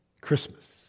Christmas